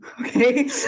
Okay